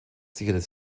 sicherte